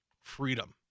freedom